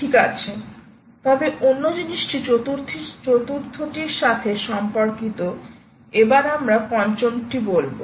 ঠিক আছে তবে অন্য জিনিসটি চতুর্থটির সাথে সম্পর্কিত এবার আমরা পঞ্চমটি বলবো